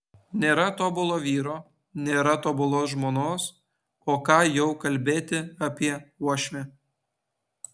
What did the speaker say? nėra tobulo vyro nėra tobulos žmonos o ką jau kalbėti apie uošvę